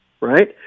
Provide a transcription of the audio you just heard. right